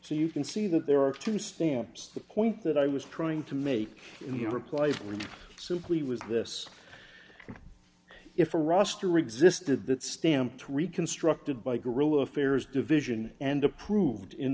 so you can see that there are two stamps the point that i was trying to make in your replies which simply was this if a roster existed that stamped reconstructed by guerilla affairs division and approved in